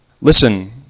Listen